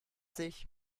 sich